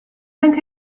anche